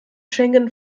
schengen